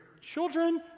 children